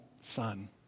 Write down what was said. Son